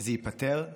זה ייפתר?